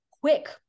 quick